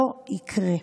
לא יקרה.